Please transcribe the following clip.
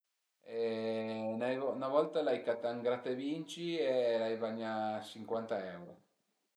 Ün-a volta l'ai catà ün grata e vinci e ai vagnà sincuanta euro